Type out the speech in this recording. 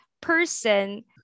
person